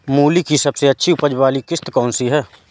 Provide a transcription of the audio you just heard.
मूली की सबसे अच्छी उपज वाली किश्त कौन सी है?